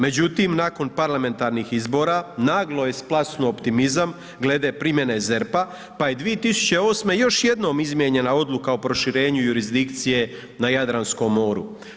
Međutim, nakon parlamentarnih izbora naglo je splasnuo optimizam glede primjene ZERP-a, pa je 2008. još jednom izmijenjena Odluka o proširenju jurisdikcije na Jadranskom moru.